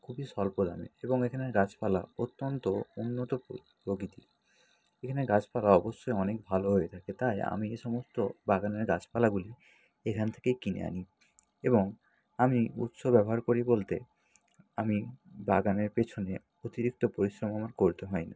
খুবই স্বল্প দামে এবং এখানের গাছপালা অত্যন্ত উন্নত প্রকৃতির এখানের গাছপালা অবশ্যই অনেক ভালো হয়ে থাকে তাই আমি এই সমস্ত বাগানের গাছপালাগুলি এখান থেকেই কিনে আনি এবং আমি উৎস ব্যবহার করি বলতে আমি বাগানের পেছনে অতিরিক্ত পরিশ্রম আমার করতে হয় না